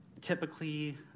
typically